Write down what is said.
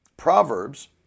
Proverbs